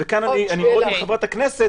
כאן אני מאוד עם חברת הכנסת.